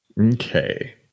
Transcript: Okay